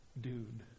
dude